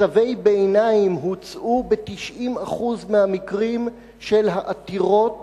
צווי ביניים הוצאו ב-90% מהמקרים של העתירות